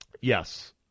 Yes